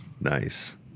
Nice